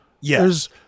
Yes